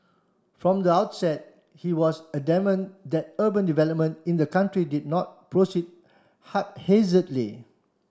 from the outset he was adamant that urban development in the country did not proceed haphazardly